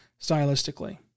stylistically